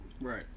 Right